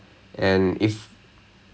that's that's good that's good